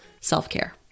self-care